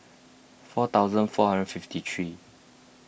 four thousand four hundred fifty three